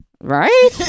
Right